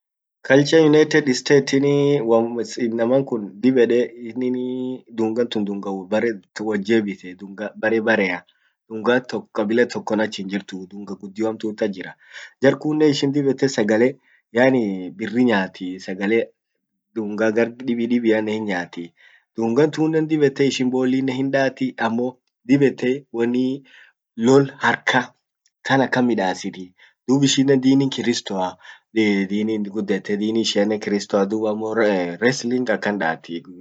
culture united states in uamuz inaman kun dib ede iin dunga tun dunga wo barretun wot jebitee, dunga bare barea, dunga tok kabila tokon ach hinjirtuu, dunga guddio hamtut ach jira. Jar kunnen ishin dib ete sagale yaani birri nyaati, yaani dunga gar dibi dibianen hin nyaati. dungan tunen dib ete ishin bollinen hindaati, ammo dib ete woni loll harkka tan akan midasitii. dub ishinen dinin kristoa dinin gud ete dinin ishiannen kristoa, dub ammo wrestlin akan daati.